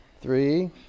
Three